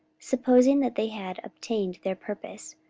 supposing that they had obtained their purpose,